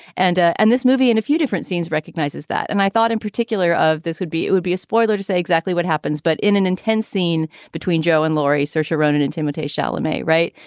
and. ah and this movie and a few different scenes recognizes that. and i thought in particular of this would be it would be a spoiler to say exactly what happens. but in an intense scene between joe and laurie, sir sharon and intimidation. alimi. right.